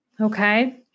Okay